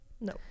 No